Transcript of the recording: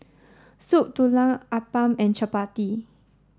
Soup Tulang Appam and Chappati